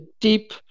deep